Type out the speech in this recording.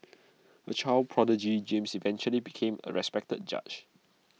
A child prodigy James eventually became A respected judge